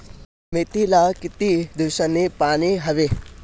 मेथीला किती दिवसांनी पाणी द्यावे?